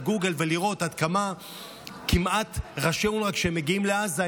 בגוגל ולראות שכשראשי אונר"א מגיעים לעזה,